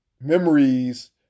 memories